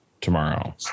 tomorrow